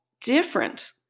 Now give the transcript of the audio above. different